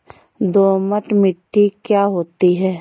दोमट मिट्टी क्या होती हैं?